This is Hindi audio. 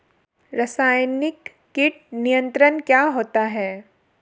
रसायनिक कीट नियंत्रण क्या होता है?